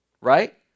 right